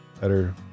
better